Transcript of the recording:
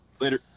Later